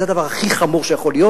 זה הדבר הכי חמור שיכול להיות.